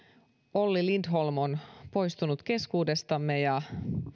olli lindholm on poistunut keskuudestamme ja